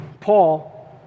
Paul